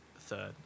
third